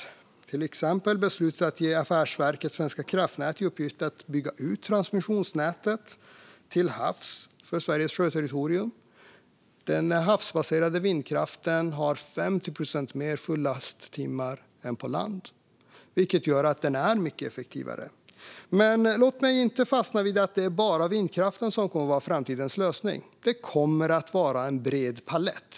Vi har till exempel beslutat att ge Affärsverket svenska kraftnät i uppgift att bygga ut transmissionsnätet till havs för Sveriges sjöterritorium. Den havsbaserade vindkraften har 50 procent mer fullasttimmar än den på land, vilket gör att den är mycket effektivare. Men låt mig inte fastna vid att det bara är vindkraften som kommer att vara framtidens lösning. Det kommer att vara en bred palett.